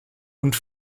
und